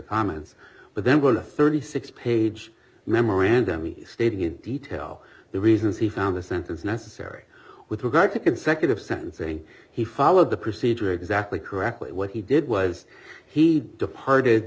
comments but then going to thirty six page memorandum me stating in detail the reasons he found the sentence necessary with regard to consecutive sentencing he followed the procedure exactly correctly what he did was he departed